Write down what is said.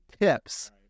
tips